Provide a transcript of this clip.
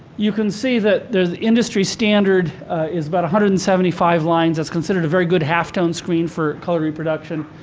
you can see that the industry standard is about hundred and seventy five lines. that's considered a very good half-tone screen for color reproduction.